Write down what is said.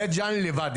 בית ג'אן לבד,